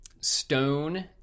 stone